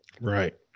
Right